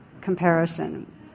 comparison